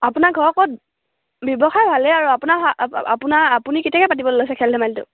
আপোনাৰ ঘৰ ক'ত ব্যৱসায় ভালে আৰু আপোনাৰ আপোনাৰ আপুনি কেতিয়াকৈ পাতিব লৈছে খেল ধেমালিটো